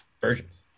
versions